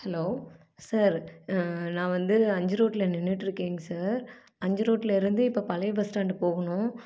hello sir நான் வந்து அஞ்சு ரோட்டில் நின்றுட்ருக்கேங்க சார் அஞ்சு ரோட்டில் இருந்து இப்போது பழைய பஸ் ஸ்டாண்டு போகணும்